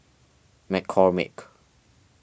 McCormick